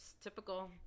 typical